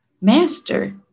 Master